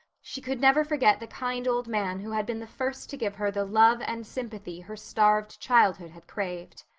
she could never forget the kind old man who had been the first to give her the love and sympathy her starved childhood had craved.